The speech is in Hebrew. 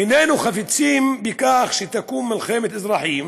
איננו חפצים שתקום מלחמת אזרחים